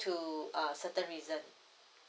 to uh certain reason